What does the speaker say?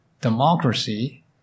democracy